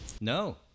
No